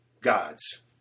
God's